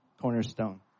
cornerstone